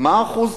מה האחוז?